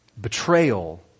betrayal